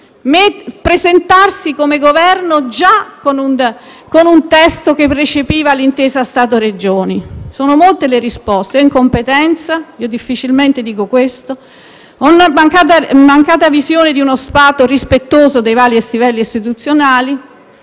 è presentato con un testo che già recepiva l'intesa Stato-Regioni? Sono molte le risposte: incompetenza - io difficilmente dico questo - o la mancata visione di uno Stato rispettoso dei vari livelli istituzionali,